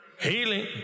healing